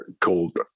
called